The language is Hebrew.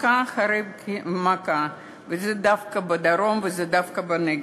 מכה אחרי מכה, וזה דווקא בדרום, וזה דווקא בנגב.